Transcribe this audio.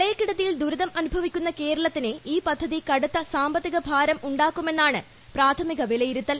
പ്രളയക്കെടുതിയിൽ ദുരിതം അനുഭവിക്കുന്ന കേരളത്തിന് ഈ പദ്ധതി കടുത്ത സാമ്പത്തിക ഭാരം ഉണ്ടാക്കുമെന്നാണ് പ്രാഥമിക വിലയിരുത്തൽ